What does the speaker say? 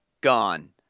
gone